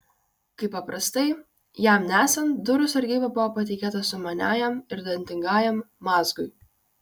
kaip paprastai jam nesant durų sargyba buvo patikėta sumaniajam ir dantingajam mazgui